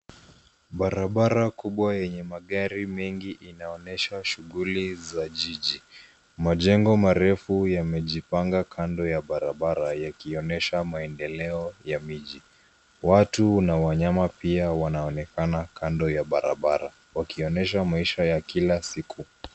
Barabara kubwa yenye magari mengi inaonesha shughuli za jiji. Majengo marefu yamejipanga kando ya barabara, yakionesha maendeleo ya miji. Watu na wanyama pia wanaonekana kando ya barabara wakionesha maisha ya kila siku.